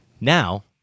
Now